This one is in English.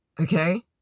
Okay